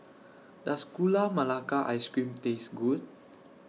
Does Gula Melaka Ice Cream Taste Good